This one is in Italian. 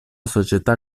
società